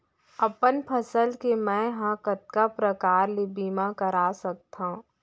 अपन फसल के मै ह कतका प्रकार ले बीमा करा सकथो?